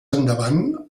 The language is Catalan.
endavant